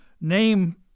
name